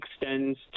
extends